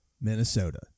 Minnesota